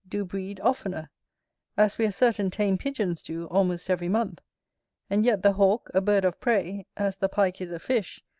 do breed oftener as we are certain tame pigeons do almost every month and yet the hawk, a bird of prey, as the pike is a fish,